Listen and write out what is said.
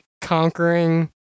conquering